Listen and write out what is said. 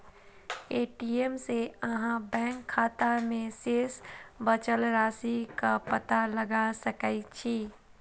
ATM सं अहां bank खाता मे शेष बचल राशिक पता लगा सकै छी